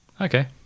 Okay